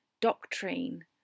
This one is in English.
doctrine